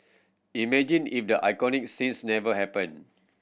imagine if the iconic scenes never happened